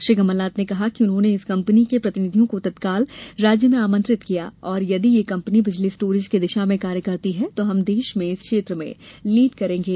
श्री कमलनाथ ने कहा कि उन्होंने इस कंपनी के प्रतिनिधियों को तत्काल इस राज्य में आमंत्रित किया और यदि यह कंपनी बिजली स्टोरेज की दिशा में कार्य करती है तो हम देश में इस क्षेत्र में लीड करेंगे